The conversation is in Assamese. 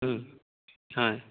হয়